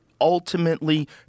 ultimately